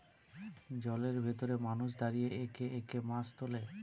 জলের ভেতরে মানুষ দাঁড়িয়ে একে একে মাছ তোলে